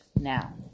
now